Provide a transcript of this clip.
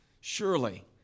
surely